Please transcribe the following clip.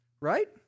Right